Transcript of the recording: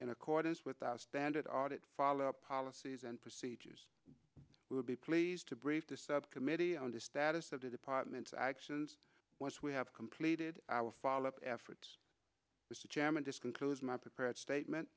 in accordance with the standard audit follow up policies and procedures will be pleased to brief the subcommittee on the status of the department's actions once we have completed our follow up efforts mr chairman disco's my prepared statement